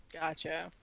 Gotcha